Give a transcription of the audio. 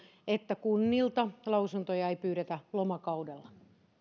että kunnilta lausuntoja ei pyydetä lomakaudella